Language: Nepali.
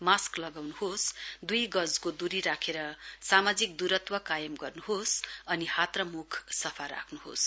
मास्क लगाउनुहोस् दुई गजको दुरी राखेर सामाजिक दूरत्व कायम गर्नुहोस् अनि हात र मुख सफा राख्नुहोस्